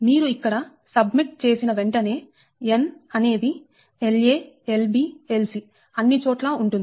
మీరు ఇక్కడ సబ్మిట్ చేసిన వెంటనే n అనేది La Lb Lc అన్నిచోట్ల ఉంటుంది